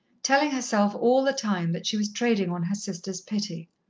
telling herself all the time that she was trading on her sister's pity.